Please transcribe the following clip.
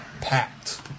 packed